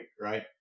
right